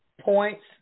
points